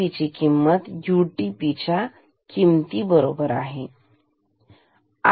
LTP ची किंमत UTP च्या किमती बरोबर आहे